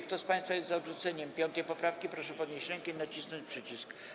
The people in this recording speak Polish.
Kto z państwa jest za odrzuceniem 5. poprawki, proszę podnieść rękę i nacisnąć przycisk.